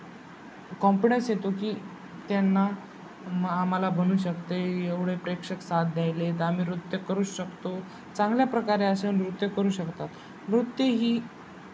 confidence येतो की त्यांना मग आम्हाला बनू शकते एवढे प्रेक्षक साथ द्यायला आहेत आम्ही नृत्य करूच शकतो चांगल्या प्रकारे असे नृत्य करू शकतात नृत्य ही